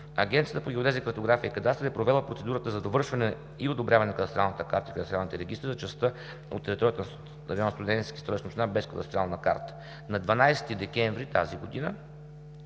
Агенцията по геодезия, картография и кадастър е провела процедурата за довършване и одобряване на кадастралната карта и кадастралните регистри за частта от територията на район „Студентски“, Столична община, без кадастрална карта. На 12 декември тази година